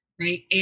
right